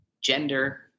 gender